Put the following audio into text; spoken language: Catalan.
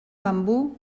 bambú